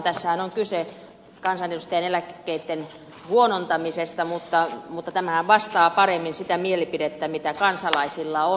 tässähän on kyse kansanedustajien eläkkeitten huonontamisesta mutta tämähän vastaa paremmin sitä mielipidettä joka kansalaisilla on